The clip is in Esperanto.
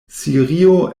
sirio